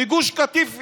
מגוש קטיף.